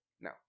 No